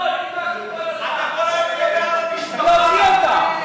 לא, לי צועקים כל הזמן.